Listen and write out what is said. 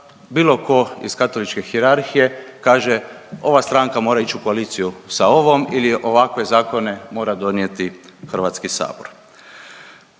bilo tko iz katoličke hijerarhije kaže ova stranka mora ići u koaliciju sa ovom ili ovakve zakone mora donijeti Hrvatski sabor.